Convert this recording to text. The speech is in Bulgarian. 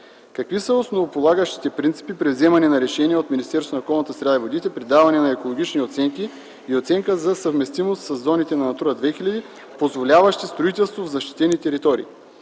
Какви са основополагащите принципи при взимане на решение от Министерството на околната среда и водите при даване на екологични оценки и оценка за съвместимост със зоните на „Натура 2000”, позволяващи строителство в защитени територии?